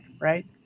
right